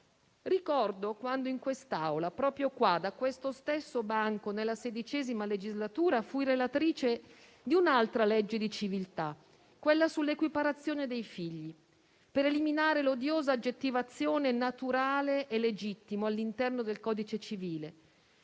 Ricordo quando in quest'Aula, proprio qua, da questo stesso banco, nella XVI legislatura fui relatrice di un'altra legge di civiltà, quella sulla equiparazione dei figli, per eliminare l'odiosa aggettivazione naturale e legittimo all'interno del codice civile,